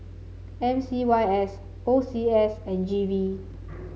M C Y S O C S and G V